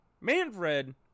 Manfred